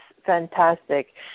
Fantastic